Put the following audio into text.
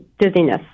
dizziness